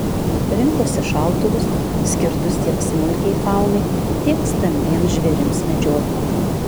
rinkosi šautuvus skirtus tiek smulkiai faunai tiek stambiems žvėrims medžioti